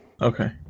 Okay